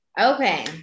okay